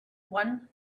one